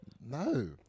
No